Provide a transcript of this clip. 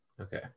okay